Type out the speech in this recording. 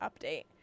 update